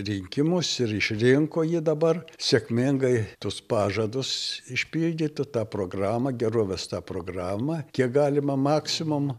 rinkimus ir išrinko jį dabar sėkmingai tuos pažadus išpildyti tą programą gerovės tą programą kiek galima maksimum